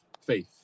faith